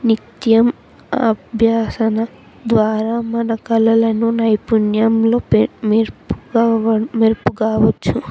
నిత్యం అభ్యసన ద్వారా మన కళలను నైపుణ్యంలో మార్చుకోవా మార్చుకోవచ్చు